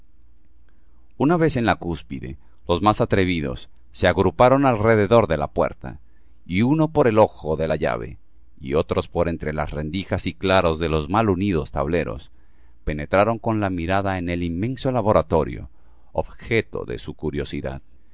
una vez en la cúspide los más atrevidos se agruparon alrededor de la puerta y uno por el ojo de la llave y otros por entre las rendijas y claros de los mal unidos tableros penetraron con la mirada en el inmenso laboratorio objeto de su curiosidad